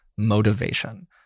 motivation